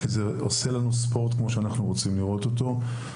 הוא עושה לנו ספורט כפי שהיינו רוצים לראות אותו.